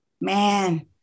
man